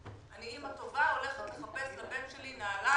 הרחוב, לחפש לבן שלי נעליים.